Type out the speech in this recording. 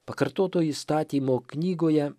pakartoto įstatymo knygoje